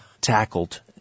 tackled